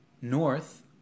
north